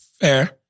Fair